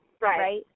right